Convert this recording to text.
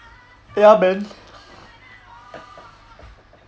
ya man